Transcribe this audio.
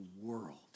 world